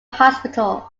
hospital